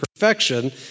Perfection